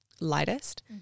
lightest